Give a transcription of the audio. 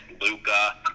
Luca